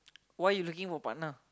why you looking for partner